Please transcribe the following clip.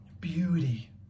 beauty